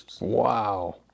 Wow